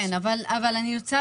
אני רוצה